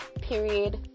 period